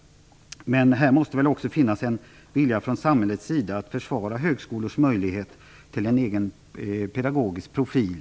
Men det måste väl också finnas en vilja från samhällets sida att försvara högskolors möjlighet till en egen pedagogisk profil.